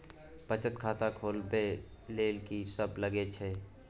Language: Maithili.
बचत खाता खोलवैबे ले ल की सब लगे छै?